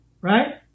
right